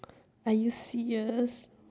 are you serious